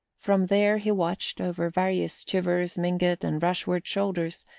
from there he watched, over various chivers, mingott and rushworth shoulders,